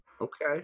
Okay